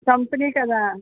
company కదా